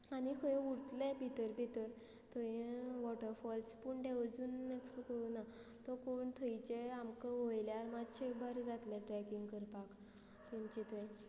आनी खंय उरतले भितर भितर थंय वॉटरफॉल्स पूण ते अजून करुना तो कोण थंयचे आमकां वयल्यार मात्शे बरें जातलें ट्रॅकींग करपाक तेमचें थंय